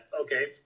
okay